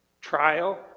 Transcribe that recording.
Trial